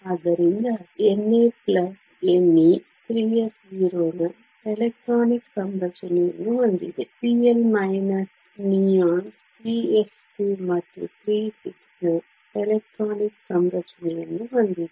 ಆದ್ದರಿಂದ Na Ne 3s0 ನ electronic ಸಂರಚನೆಯನ್ನು ಹೊಂದಿದೆ Cl ನಿಯಾನ್ 3s2 ಮತ್ತು 3p6 ನ ಎಲೆಕ್ಟ್ರಾನಿಕ್ ಸಂರಚನೆಯನ್ನು ಹೊಂದಿದೆ